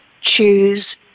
choose